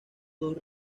dos